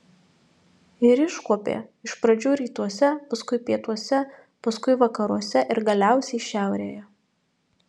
ir iškuopė iš pradžių rytuose paskui pietuose paskui vakaruose ir galiausiai šiaurėje